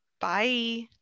bye